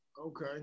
Okay